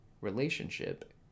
relationship